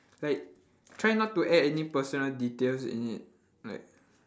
like try not to add any personal details in it like